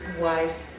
wives